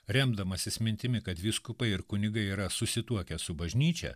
remdamasis mintimi kad vyskupai ir kunigai yra susituokę su bažnyčia